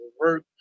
work